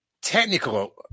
technical